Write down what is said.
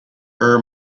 her